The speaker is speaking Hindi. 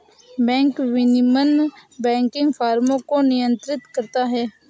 बैंक विनियमन बैंकिंग फ़र्मों को नियंत्रित करता है